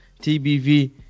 TBV